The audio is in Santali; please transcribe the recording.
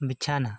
ᱵᱤᱪᱷᱱᱟᱹ